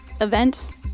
events